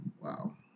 Wow